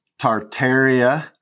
Tartaria